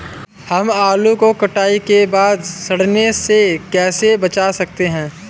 हम आलू को कटाई के बाद सड़ने से कैसे बचा सकते हैं?